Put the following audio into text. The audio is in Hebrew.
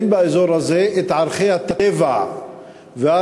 אין באזור הזה ערכי טבע וארכיאולוגיה